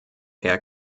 herr